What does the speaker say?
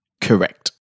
Correct